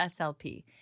SLP